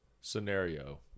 scenario